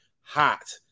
hot